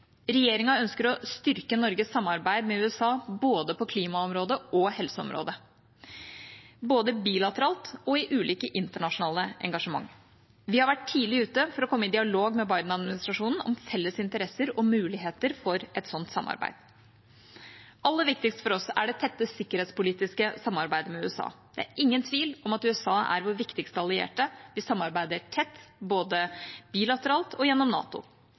ønsker å styrke Norges samarbeid med USA både på klimaområdet og på helseområdet, både bilateralt og i ulike internasjonale engasjement. Vi har vært tidlig ute for å komme i dialog med Biden-administrasjonen om felles interesser og muligheter for et slikt samarbeid. Aller viktigst for oss er vårt tette sikkerhetspolitiske samarbeid med USA. Det er ingen tvil om at USA er vår viktigste allierte. Vi samarbeider tett, både bilateralt og gjennom NATO.